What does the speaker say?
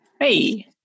Hey